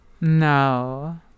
No